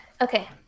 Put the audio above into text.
okay